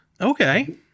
Okay